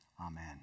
Amen